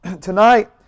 tonight